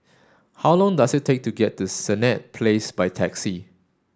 how long does it take to get to Senett Place by taxi